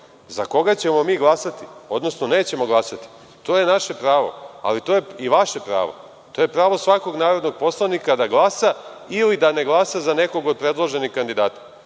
Za koga ćemo mi glasati, odnosno nećemo glasati to je naše pravo, ali to je i vaše pravo. To je pravo svakog narodnog poslanika da glasa ili da ne glasa za nekog od predloženih kandidata,